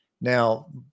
Now